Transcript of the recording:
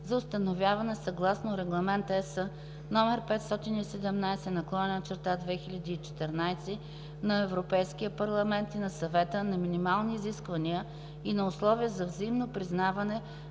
за установяване, съгласно Регламент (ЕС) № 517/2014 на Европейския парламент и на Съвета, на минимални изисквания и на условия за взаимно признаване